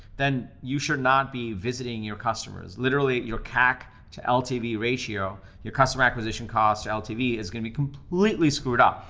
then you should not be visiting your customers. literally your cac to ltv ratio, your customer acquisition costs to ltv is gonna be completely screwed up.